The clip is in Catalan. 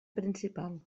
principal